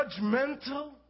judgmental